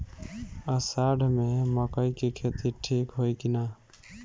अषाढ़ मे मकई के खेती ठीक होई कि ना?